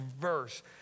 verse